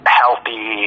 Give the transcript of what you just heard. healthy